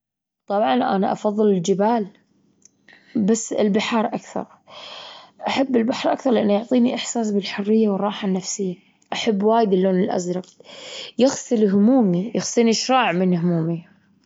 طبعًا أنا أفظل الجبال بس البحار أكثر، أحب البحر أكثر لإنه يعطيني إحساس بالحرية والراحة النفسية، أحب وايد اللون الأزرج يغسل همومي، يغسلي شراع من همومي.